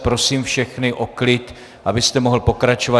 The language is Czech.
Prosím všechny o klid, abyste mohl pokračovat.